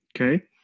Okay